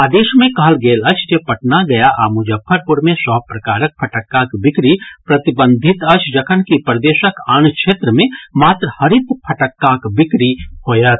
आदेश मे कहल गेल अछि जे पटना गया आ मुजफ्फरपुर मे सभ प्रकारक फटक्काक बिक्री प्रतिबंधित अछि जखनकि प्रदेशक आन क्षेत्र मे मात्र हरित फटक्काक बिक्री होयत